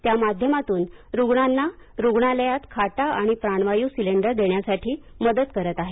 त्या माध्यमातून रुग्णांना रुग्णालयात खाटा आणि प्राणवायू सिलेंडर देण्यासाठी मदत करत आहे